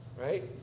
Right